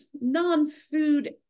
non-food